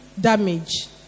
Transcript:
damage